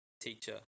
teacher